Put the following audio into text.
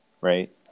right